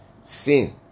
Sin